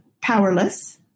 powerless